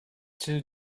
two